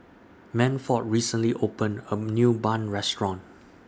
M J C Sat Safti and NITEC